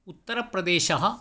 उत्तरप्रदेशः